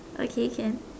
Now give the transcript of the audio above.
okay can